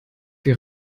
wir